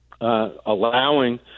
allowing